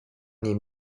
nie